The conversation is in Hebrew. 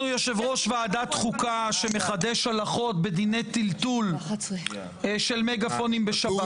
יושב ראש ועדת חוקה שמחדש הלכות בדיני טלטול של מגפונים בשבת